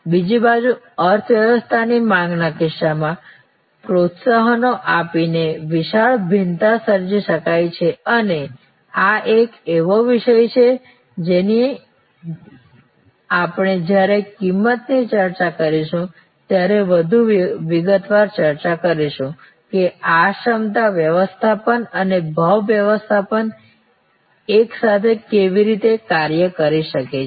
બીજી બાજુ અર્થવ્યવસ્થાની માંગના કિસ્સામાં પ્રોત્સાહનો આપીને વિશાળ ભિન્નતા સર્જી શકાય છે અને આ એક એવો વિષય છે જેની આપણે જ્યારે કિંમતની ચર્ચા કરીશું ત્યારે વધુ વિગતવાર ચર્ચા કરીશું કે આ ક્ષમતા વ્યવસ્થાપન અને ભાવ વ્યવસ્થાપન એકસાથે કેવી રીતે કાર્ય કરી શકે છે